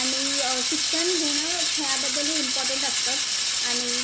आणि शिक्षण घेणं खेळाबद्दल हे इम्पॉर्टंट असतंच आणि